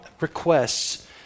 requests